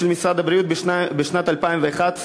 ולפי נתונים של משרד הבריאות, בשנת 2011,